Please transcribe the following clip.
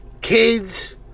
kids